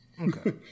Okay